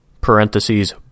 parentheses